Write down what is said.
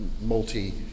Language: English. multi